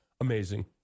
amazing